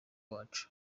wacu